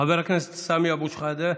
חבר הכנסת סמי אבו שחאדה.